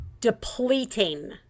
depleting